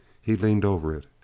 he leaned over it.